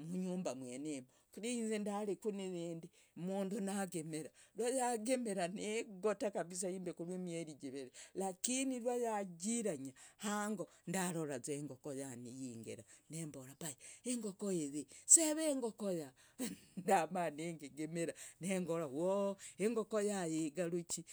munyumba mwenemo. Kure inze ndariku niyende umundu nagimira rwayagimira negota kabisa ashimbe kure imweri jivire lakini rwayajiranya hango ndaroraza engoko yange yingera. nembora vaya engoko heye seve engoko yaa ndamanya ningigemira nengora woo engoko igaruki.